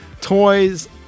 toys